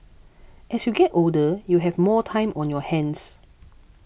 as you get older you have more time on your hands